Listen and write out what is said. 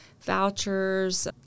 vouchers